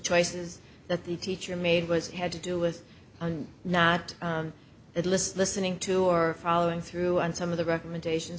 choices that the teacher made was had to do with not that list listening to or following through on some of the recommendations